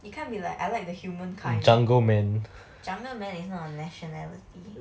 it can't be like I like the human kind jungle men is not a nationality